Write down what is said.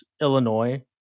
Illinois